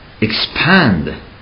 expand